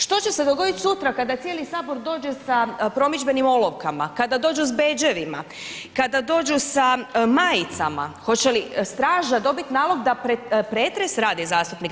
Što će se dogoditi sutra, kada cijeli Sabor dođe sa promidžbenim olovkama, kada dođu s bedževima, kada dođu sa majicama, hoće li straža dobiti nalog da pretres radi zastupnika?